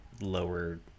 lower